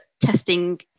testing